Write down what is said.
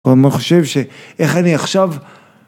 אני חושב שאיך אני עכשיו